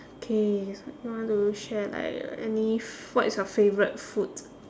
okay so you want to share like uh any f~ what is your favourite food